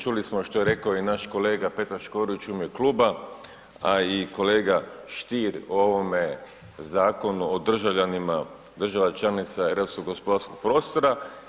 Čuli smo što je rekao i naš kolega Petar Škorić u ime kluba, a i kolega Stier o ovome Zakonu o državljanima, država je članica europskog gospodarskog prostora.